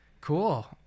Cool